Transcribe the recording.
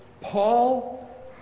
Paul